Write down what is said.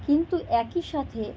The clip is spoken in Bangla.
কিন্তু একই সাথে